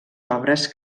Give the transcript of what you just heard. obres